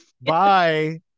Bye